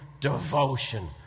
devotion